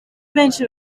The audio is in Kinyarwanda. benshi